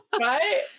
right